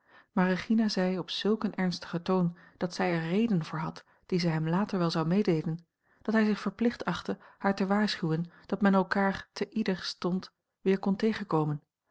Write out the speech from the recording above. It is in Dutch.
maar regina zei op zulk een ernstigen toon dat zij er reden voor had die zij hem later wel zou meedeelen dat hij zich verplicht achtte haar te waarschuwen dat men elkaar te ieder stond weer kon tegenkomen